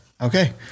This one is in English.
okay